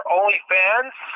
OnlyFans